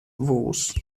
fws